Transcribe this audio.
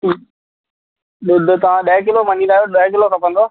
ॾुध तव्हां ॾह किलो मञींदा आयो ॾह किलो खपंदो